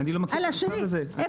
לא מכיר את המכתב הזה.